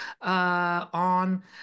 on